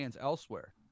elsewhere